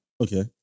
Okay